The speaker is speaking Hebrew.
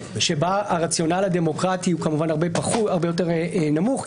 שבה הרציונל הדמוקרטי הוא כמובן הרבה יותר נמוך,